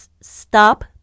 stop